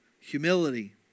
humility